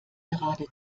gerade